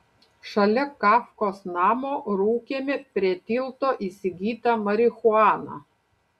šalia kafkos namo rūkėme prie tilto įsigytą marihuaną